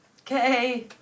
Okay